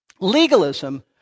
legalism